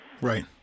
Right